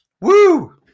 Woo